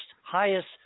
highest